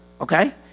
Okay